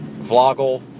vloggle